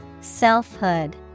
Selfhood